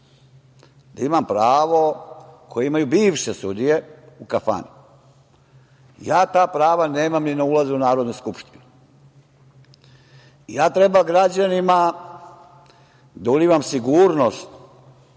da imam pravo koje imaju bivše sudije u kafani. Ja ta prava nemam ni na ulazu u Narodnu Skupštinu. Ja treba građanima da ulivam sigurnost